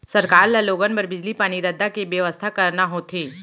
सरकार ल लोगन बर बिजली, पानी, रद्दा के बेवस्था करना होथे